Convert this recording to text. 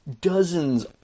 dozens